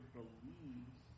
believes